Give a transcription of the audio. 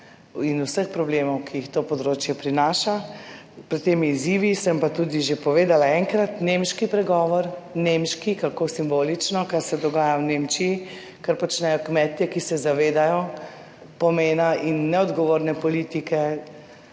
in vseh problemov, ki jih to področje prinaša. Pred temi izzivi sem pa tudi že povedala enkrat nemški pregovor, nemški, kako simbolično, kaj se dogaja v Nemčiji, kar počnejo kmetje, ki se zavedajo pomena in neodgovorne politike